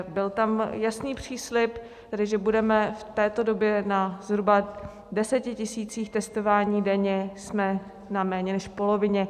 Byl tam jasný příslib, tedy že budeme v této době na zhruba deseti tisících testování denně, jsme méně než polovině.